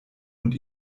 und